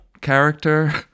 character